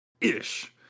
ish